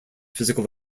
physical